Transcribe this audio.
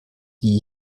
die